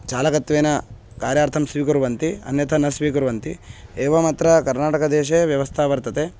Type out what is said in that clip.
चालकत्वेन कार्यार्थं स्वीकुर्वन्ति अन्यथा न स्वीकुर्वन्ति एवमत्र कर्नाटकदेशे व्यवस्था वर्तते